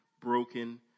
broken